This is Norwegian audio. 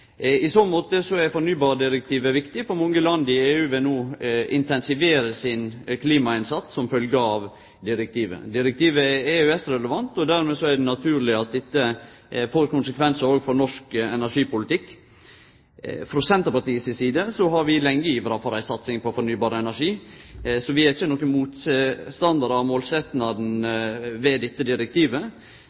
er viktig fordi mange land i EU no vil intensivere sin klimainnsats som følgje av direktivet. Direktivet er EØS-relevant, og dermed er det naturleg at dette får konsekvensar òg for norsk energipolitikk. Frå Senterpartiet si side har vi lenge ivra for ei satsing på fornybar energi, så vi er ikkje nokre motstandarar av målsetjinga ved dette direktivet.